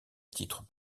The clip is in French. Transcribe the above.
titre